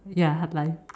ya hard life